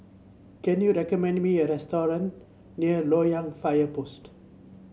can you recommend me a restaurant near Loyang Fire Post